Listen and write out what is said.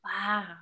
Wow